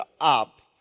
up